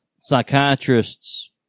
psychiatrists